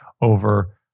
over